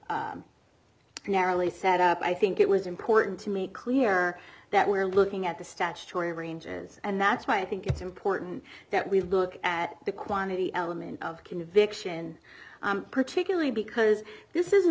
narrowly narrowly set up i think it was important to make clear that we're looking at the statutory ranges and that's why i think it's important that we look at the quantity element of conviction particularly because this is a